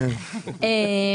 כן,